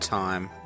time